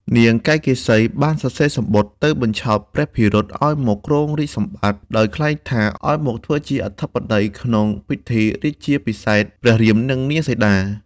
នាងកៃកេសីបានសរសេរសំបុត្រ ទៅបញ្ឆោតព្រះភិរុតឱ្យមកគ្រងរាជ្យសម្បត្តិ ដោយក្លែងថា ឱ្យមកជាអធិបតីក្នុងពិធីរាជាភិសេក ព្រះរាមនិងនាងសីតា។